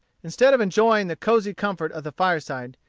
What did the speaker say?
instead of enjoying the cosey comfort of the fireside,